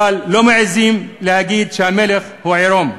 אבל לא מעזים להגיד שהמלך הוא עירום.